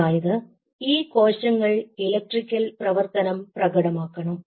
അതായത് ഈ കോശങ്ങൾ ഇലക്ട്രിക്കൽ പ്രവർത്തനം പ്രകടമാക്കണം